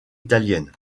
italiennes